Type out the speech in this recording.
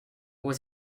was